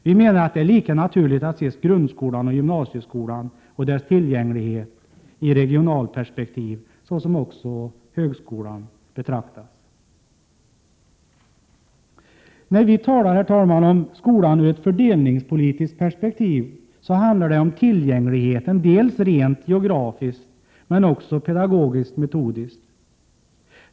Vi menar att det är naturligt att se grundskolan och gymnasieskolan och deras tillgänglighet i regionalperspektiv, så som högskolan betraktas. När vi talar om skolan ur ett fördelningspolitiskt perspektiv, handlar det om tillgänglighet dels rent geografiskt, dels pedagogisktmetodiskt.